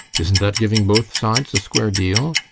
isn't that giving both sides a square deal?